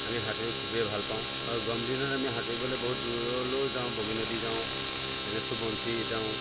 আমি সাঁতোৰি খুবেই ভালপাওঁ আৰু গৰম দিনত আমি সাঁতোৰিবলৈ বহুত দূৰলৈ যাওঁ বগীনদী যাওঁ যেনে সোৱণশিৰি যাওঁ